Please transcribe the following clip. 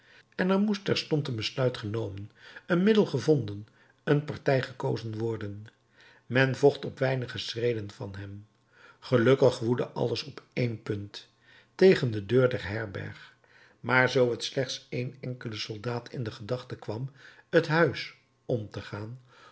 en er moest terstond een besluit genomen een middel gevonden een partij gekozen worden men vocht op weinige schreden van hem gelukkig woedde alles op één punt tegen de deur der herberg maar zoo t slechts één enkel soldaat in de gedachte kwam het huis om te gaan